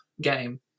game